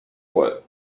what